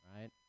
right